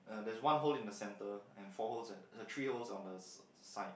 uh there is one hole in the centre and four holes at three holes on the side